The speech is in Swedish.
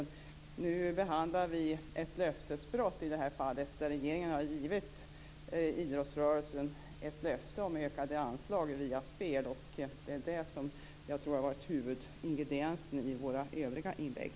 Nu behandlar vi ett löftesbrott. Regeringen har givit idrottsrörelsen ett löfte om ökade anslag via spel. Det är det som har varit huvudingrediensen i våra övriga inlägg.